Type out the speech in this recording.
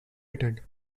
returned